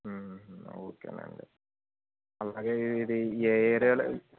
okay అండి అలాగే ఇది ఏ ఏరియాలో